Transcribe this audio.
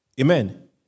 Amen